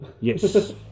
Yes